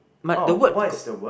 might the word